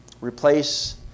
Replace